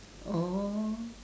oh